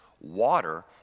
water